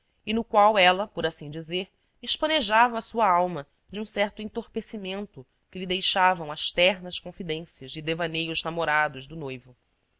e no qual ela por assim dizer espanejava sua alma de um certo entorpecimento que lhe deixavam as ternas confidências e devaneios namorados do noivo